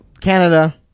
Canada